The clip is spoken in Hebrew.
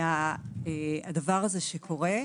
מהדבר הזה שקורה.